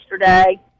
yesterday